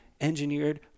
engineered